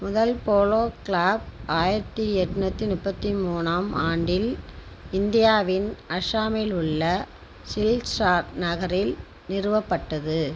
முதல் polo club ஆயிரத்தி எட்நூத்தி முப்பத்தி மூணாம் ஆண்டில் இந்தியாவின் அசாமில் உள்ள சில்சார் நகரில் நிறுவப்பட்டது